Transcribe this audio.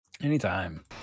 Anytime